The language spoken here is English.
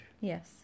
Yes